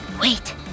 Wait